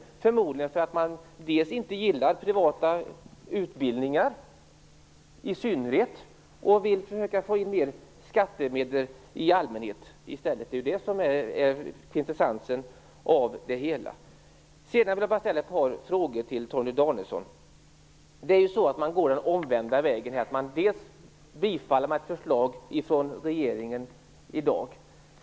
Det beror förmodligen på att man inte gillar privata utbildningar i synnerhet och vill försöka få in mer skattemedel i allmänhet. Det är kvintessensen av det hela. Jag vill också ställa ett par frågor till Torgny Danielsson. Utskottet går ju den omvända vägen. Man bifaller ett förslag från regeringen i dag.